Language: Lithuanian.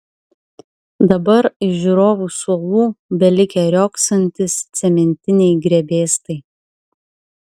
dabar iš žiūrovų suolų belikę riogsantys cementiniai grebėstai